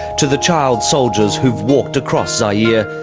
to the child soldiers who've walked across zaire,